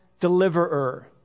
deliverer